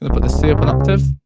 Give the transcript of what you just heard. the c up an octave.